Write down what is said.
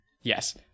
Yes